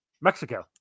Mexico